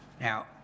Now